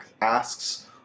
asks